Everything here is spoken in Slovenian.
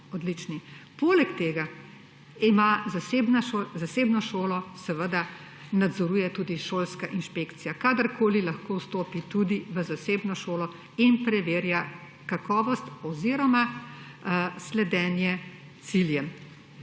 Poleg tega zasebno šolo seveda nadzoruje tudi šolska inšpekcija, kadarkoli lahko vstopi tudi v zasebno šolo in preverja kakovost oziroma sledenje ciljem.